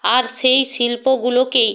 আর সেই শিল্পগুলোকেই